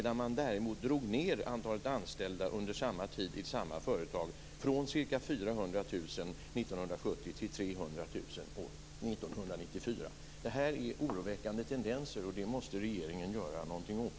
Däremot drog man ned på antalet anställda under samma tid - 1970-1994 - i samma företag från ca 400 000 till 300 000. Detta är oroväckande tendenser, och det måste regeringen göra någonting åt.